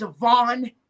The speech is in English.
Devon